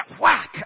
whack